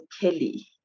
Kelly